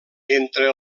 entre